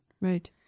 Right